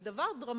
זה דבר דרמטי.